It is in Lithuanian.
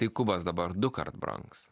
tai kubas dabar dukart brangs